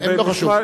לא חשוב.